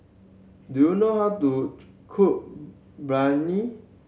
do you know how to cook Biryani